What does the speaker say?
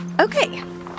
Okay